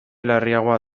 larriagoa